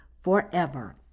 forever